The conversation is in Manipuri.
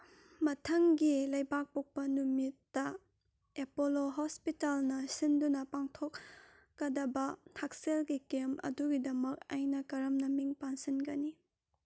ꯃꯊꯪꯒꯤ ꯂꯩꯕꯥꯛꯄꯣꯛꯄ ꯅꯨꯃꯤꯠꯇ ꯑꯦꯄꯣꯂꯣ ꯍꯣꯁꯄꯤꯇꯥꯜꯅ ꯁꯤꯟꯗꯨꯅ ꯄꯥꯡꯊꯣꯛꯀꯗꯕ ꯍꯛꯁꯦꯜꯒꯤ ꯀꯦꯝ ꯑꯗꯨꯒꯤꯗꯃꯛ ꯑꯩꯅ ꯀꯔꯝꯅ ꯃꯤꯡ ꯄꯥꯟꯁꯟꯒꯅꯤ